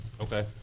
Okay